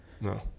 No